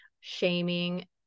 shaming